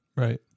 Right